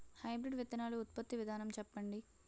Hybrid విత్తనాలు ఉత్పత్తి విధానం చెప్పండి?